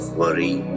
worry